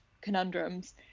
conundrums